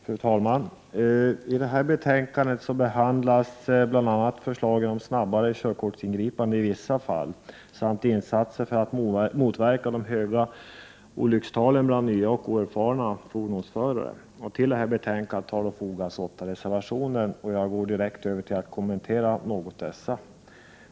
Fru talman! I detta betänkande behandlas bl.a. förslag om snabbare körkortsingripande i vissa fall samt insatser för att motverka de höga olyckstalen bland nya och oerfarna fordonsförare. Till betänkandet har fogats åtta reservationer, och jag övergår nu till att något kommentera dessa.